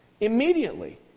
Immediately